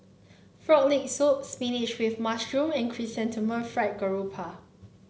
Frog Leg Soup Spinach with Mushroom and Chrysanthemum Fried Garoupa